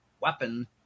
weapon